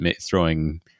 throwing